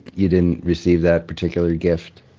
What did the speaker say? you didn't receive that particular gift?